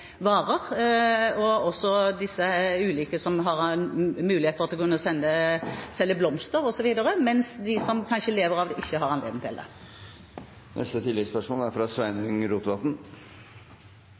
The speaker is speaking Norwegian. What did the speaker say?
varer, de ulike stedene som selger blomster osv., og dem som kanskje lever av det, men ikke har anledning til det. Sveinung Rotevatn – til oppfølgingsspørsmål. Det er